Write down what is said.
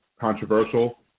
controversial